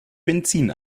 benzin